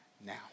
now